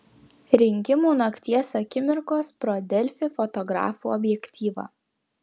rinkimų nakties akimirkos pro delfi fotografų objektyvą